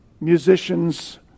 musicians